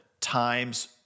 times